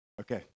Okay